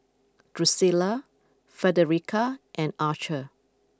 Drucilla Frederica and Archer